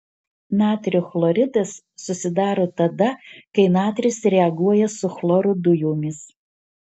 natrio chloridas susidaro tada kai natris reaguoja su chloro dujomis